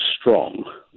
strong